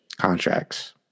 contracts